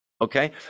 Okay